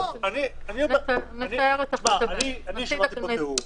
לא, אני שמעתי פה תיאור,